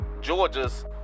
Georgia's